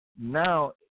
now